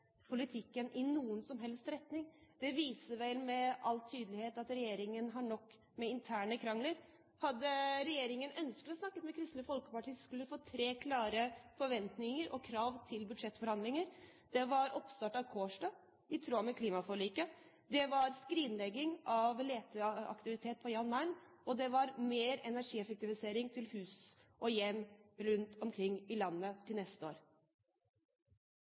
politikken i noen som helst retning. Det viser vel med all tydelighet at regjeringen har nok med interne krangler. Hadde regjeringen ønsket å snakke med Kristelig Folkeparti, skulle den ha fått tre klare forventninger og krav til budsjettforhandlinger: Det ville vært oppstart av Kårstø i tråd med klimaforliket, det ville vært skrinlegging av leteaktivitet på Jan Mayen, og det ville vært mer energieffektivisering til hus og hjem rundt omkring i landet til neste år.